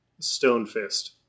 Stonefist